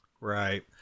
Right